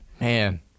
Man